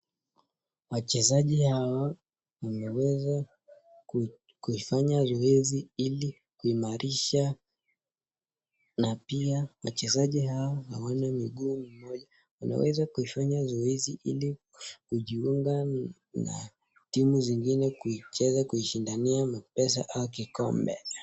Wachezaji hawa wameweza kufanya zoezi ili kuimarisha na pia wachezaji hawa hawana miguu mmoja wanaweza kuifanya zoezi ili kujiunga na timu zingine kuicheza kuishindania mapesa au kikombe.